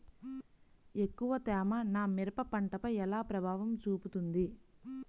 ఎక్కువ తేమ నా మిరప పంటపై ఎలా ప్రభావం చూపుతుంది?